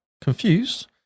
confused